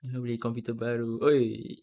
aku beli computer baru !oi!